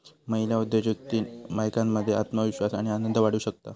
महिला उद्योजिकतेतना बायकांमध्ये आत्मविश्वास आणि आनंद वाढू शकता